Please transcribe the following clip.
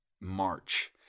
March